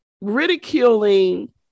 ridiculing